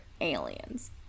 aliens